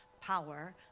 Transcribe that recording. power